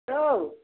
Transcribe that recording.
hello